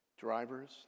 drivers